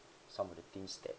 some of the things that